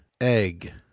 Egg